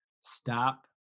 stop